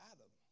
Adam